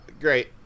Great